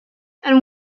and